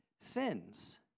sins